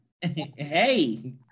Hey